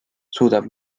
suudab